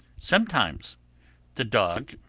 sometimes the dog,